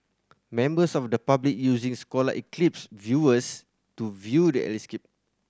members of the public using solar eclipse viewers to view the